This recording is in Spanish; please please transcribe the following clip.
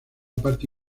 parte